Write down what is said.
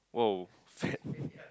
!woah! sad